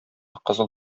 кызыл